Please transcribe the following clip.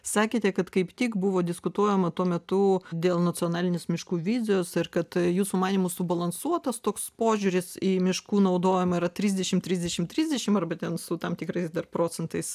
sakėte kad kaip tik buvo diskutuojama tuo metu dėl nacionalinės miškų vizijos ir kad jūsų manymu subalansuotas toks požiūris į miškų naudojimą yra trisdešim trisdešim trisdešim arba ten su tam tikrais dar procentais